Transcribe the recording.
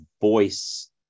voice